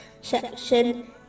section